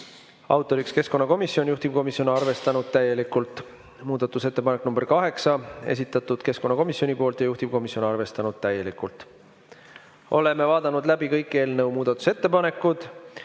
autoriks keskkonnakomisjon, juhtivkomisjon on arvestanud täielikult. Muudatusettepanek nr 8, esitanud keskkonnakomisjon ja juhtivkomisjon on arvestanud täielikult. Me oleme vaadanud läbi kõik eelnõu muudatusettepanekud. Juhtivkomisjon